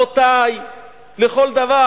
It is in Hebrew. אדמת אבותי לכל דבר,